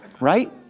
Right